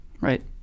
right